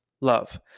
love